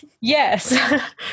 Yes